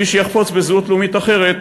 מי שיחפוץ בזהות לאומית אחרת